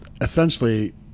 essentially